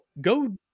go